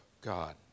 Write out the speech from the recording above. God